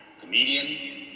comedian